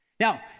Now